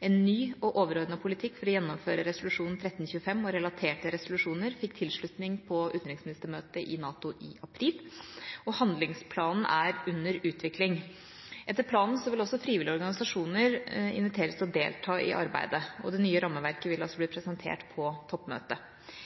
En ny og overordnet politikk for å gjennomføre resolusjon 1325 og relaterte resolusjoner fikk tilslutning på utenriksministermøtet i NATO i april, og handlingsplanen er under utvikling. Etter planen vil også frivillige organisasjoner inviteres til å delta i arbeidet, og det nye rammeverket vil altså bli presentert på toppmøtet.